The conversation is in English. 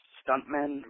stuntmen